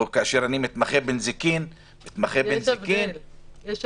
או כאשר מתמחים בנזיקין --- יש הבדל.